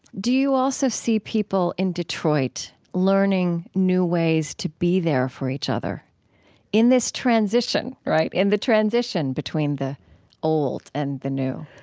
do you also see people in detroit learning new ways to be there for each other in this transition, right, in the transition between the old and the new?